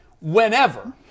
whenever